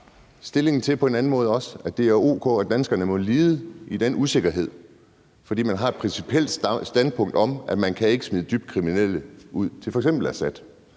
altså at det er o.k., at danskerne må lide i den usikkerhed, fordi man har et principielt standpunkt om, at man ikke kan smide dybt kriminelle ud til f.eks. Assad.